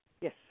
Yes